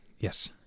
Yes